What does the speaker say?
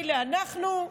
מילא אנחנו,